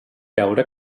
veure